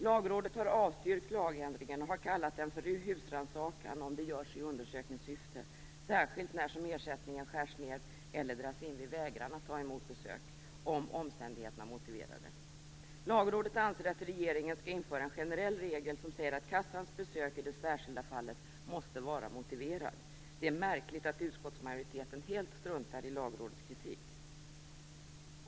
Lagrådet har avstyrkt lagändringen och har kallat den för husrannsakan om detta görs i undersökningssyfte, särskilt som ersättningen skärs ned eller dras in vid vägran att ta emot besök om omständigheterna motiverar det. Lagrådet anser att regeringen skall införa en generell regel som säger att kassans besök i det särskilda fallet måste vara motiverat. Det är märkligt att utskottsmajoriteten helt struntar i Lagrådets kritik.